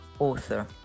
author